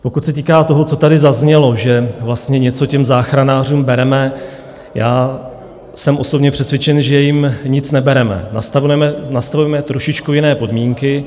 Pokud se týká toho, co tady zaznělo, že vlastně něco těm záchranářům bereme: jsem osobně přesvědčen, že jim nic nebereme, nastavujeme trošku jiné podmínky.